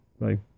bye